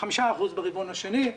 5% ממנו מועבר ברבעון השני,